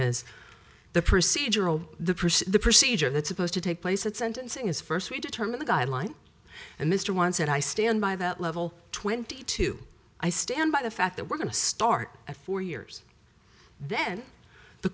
pursue the procedure that's supposed to take place at sentencing is first we determine the guideline and mr once said i stand by that level twenty two i stand by the fact that we're going to start at four years then the